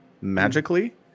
Magically